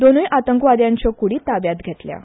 दोनूय आतंकवाद्यांच्यो कुडी ताब्यांत घेतल्यात